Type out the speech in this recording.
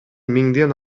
миңден